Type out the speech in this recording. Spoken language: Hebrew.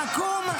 פחדנים, פחדנים.